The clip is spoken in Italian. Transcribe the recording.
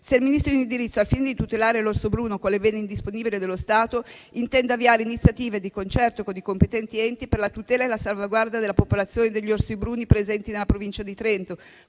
se il Ministro in indirizzo, al fine di tutelare l'orso bruno quale bene indisponibile dello Stato, intenda avviare iniziative, di concerto con i competenti enti, per la tutela e la salvaguardia della popolazione degli orsi bruni presente nella provincia di Trento,